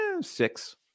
six